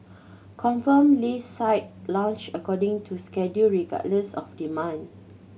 confirmed list site launched according to schedule regardless of demand